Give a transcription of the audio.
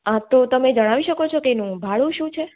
હં તો તમે મને જણાવી શકો છો કે એનું ભાડું શું છે